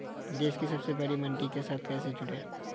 देश की सबसे बड़ी मंडी के साथ कैसे जुड़ें?